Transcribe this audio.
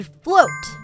float